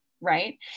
right